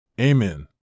Amen